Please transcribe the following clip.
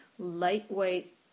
Lightweight